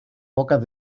pocas